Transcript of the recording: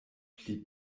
pli